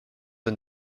and